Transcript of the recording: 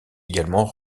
également